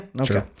okay